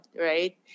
right